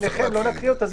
לכן לא נקריא אותה.